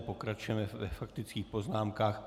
Pokračujeme ve faktických poznámkách.